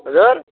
हजुर